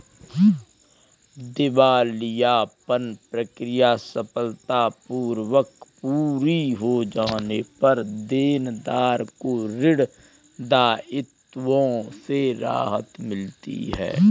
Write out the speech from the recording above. दिवालियापन प्रक्रिया सफलतापूर्वक पूरी हो जाने पर देनदार को ऋण दायित्वों से राहत मिलती है